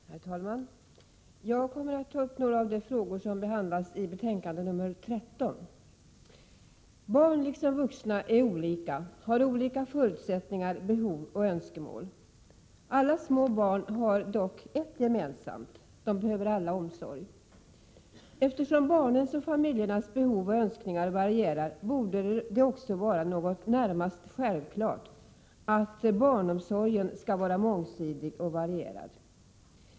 Herr talman! Jag kommer att ta upp några av de frågor som behandlas i betänkande nr 13. Barn liksom vuxna är olika, har olika förutsättningar, behov och önskemål. Alla små barn-har dock ett gemensamt. De behöver alla omsorg. Eftersom barnens och familjernas behov och önskningar varierar, borde det också vara närmast självklart att barnomsorgen skall vara mångsidig och varierad.